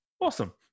Awesome